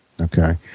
Okay